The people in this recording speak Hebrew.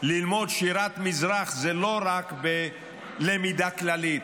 ללמוד שירת מזרח זה לא רק בלמידה כללית,